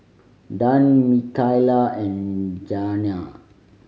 Dan Mikaila and Janae